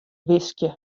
wiskje